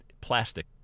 plastic